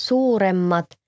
Suuremmat